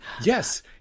Yes